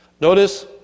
Notice